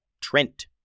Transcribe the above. Trent